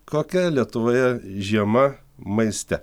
kokia lietuvoje žiema maiste